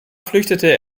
flüchtete